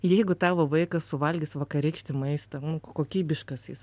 jeigu tavo vaikas suvalgys vakarykštį maistą kokybiškas jis